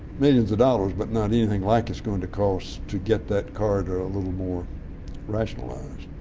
millions of dollars, but not anything like it's going to cost to get that corridor a little more rationalized.